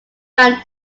ran